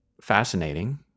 fascinating